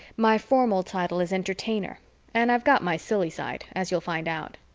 my formal title is entertainer and i've got my silly side, as you'll find out.